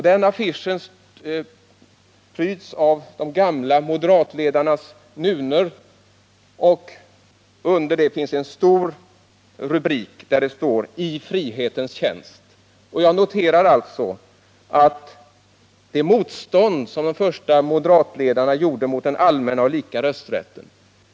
Den affischen pryds av de gamla moderatledarnas nunor, och högst upp finns en stor rubrik där det står ”I frihetens tjänst”. Jag noterar att dagens moderater inte tycker det är så allvarligt med det motstånd som de första moderatledarna gjorde mot den allmänna och lika rösträtten.